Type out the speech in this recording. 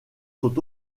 sont